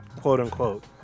quote-unquote